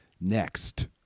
Next